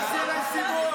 אל תעשי עליי סיבוב.